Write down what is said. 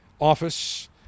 office